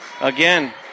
Again